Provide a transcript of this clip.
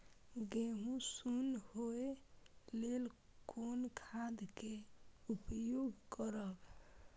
गेहूँ सुन होय लेल कोन खाद के उपयोग करब?